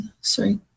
sorry